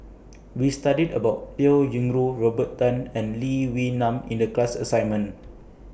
We studied about Liao Yingru Robert Tan and Lee Wee Nam in The class assignment